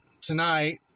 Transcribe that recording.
tonight